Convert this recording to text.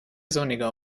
sonniger